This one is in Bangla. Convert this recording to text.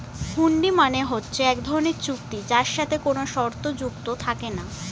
হুন্ডি মানে হচ্ছে এক ধরনের চুক্তি যার সাথে কোনো শর্ত যুক্ত থাকে না